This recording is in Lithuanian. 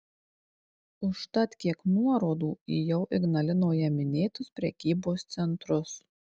užtat kiek nuorodų į jau ignalinoje minėtus prekybos centrus